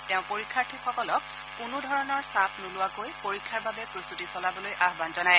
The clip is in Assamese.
তেওঁ পৰিক্ষাৰ্থীসকলক কোনো ধৰণৰ চাপ নোলোৱাকৈ পৰীক্ষাৰ বাবে প্ৰস্তুতি চলাবলৈ আয়ন জনায়